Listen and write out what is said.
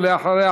ואחריה,